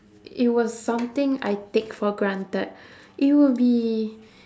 it was something I take for granted it would be